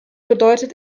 bedeutet